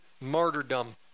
martyrdom